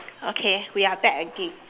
okay we are back again